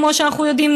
כמו שאנחנו יודעים,